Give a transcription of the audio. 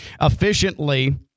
efficiently